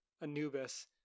Anubis